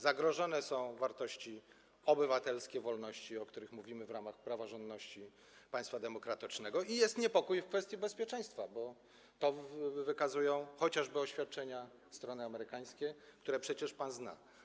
Zagrożone są wartości obywatelskie, wolności, o których mówimy w ramach praworządności państwa demokratycznego, i jest niepokój w kwestii bezpieczeństwa, bo to pokazują chociażby oświadczenia strony amerykańskiej, które przecież pan zna.